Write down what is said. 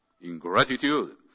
ingratitude